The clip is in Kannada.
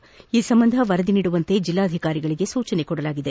ಬೆಳೆ ನಷ್ಲ ಸಂಬಂಧ ವರದಿ ನೀಡುವಂತೆ ಜಿಲ್ಲಾಧಿಕಾರಿಗಳಗೆ ಸೂಚಿಸಲಾಗಿದೆ